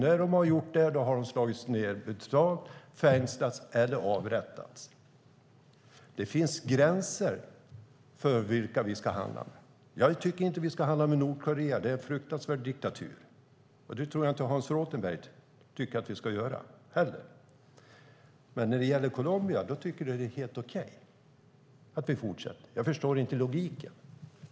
När de har gjort det har de slagits ned totalt och fängslats eller avrättats. Det finns gränser för vilka vi ska handla med. Jag tycker inte att vi ska handla med Nordkorea, som är en fruktansvärd diktatur, och det tror jag inte att Hans Rothenberg tycker att vi ska göra heller. Men när det gäller Colombia tycker han att det är helt okej att vi fortsätter. Jag förstår inte logiken.